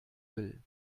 will